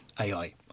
AI